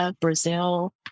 Brazil